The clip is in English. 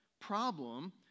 problem